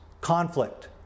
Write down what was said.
conflict